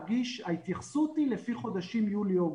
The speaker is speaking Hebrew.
ההתייחסות היא לפי חודשים יולי-אוגוסט.